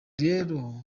rero